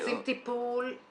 מחפשים טיפול.